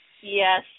Yes